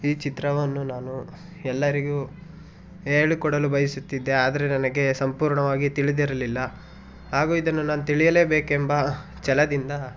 ಈ ಚಿತ್ರವನ್ನು ನಾನು ಎಲ್ಲರಿಗೂ ಹೇಳಿಕೊಡಲು ಬಯಸುತ್ತಿದ್ದೆ ಆದರೆ ನನಗೇ ಸಂಪೂರ್ಣವಾಗಿ ತಿಳಿದಿರಲಿಲ್ಲ ಹಾಗೂ ಇದನ್ನು ನಾನು ತಿಳಿಯಲೇಬೇಕೆಂಬ ಛಲದಿಂದ